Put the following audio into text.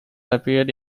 appeared